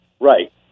right